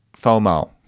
FOMO